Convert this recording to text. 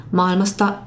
maailmasta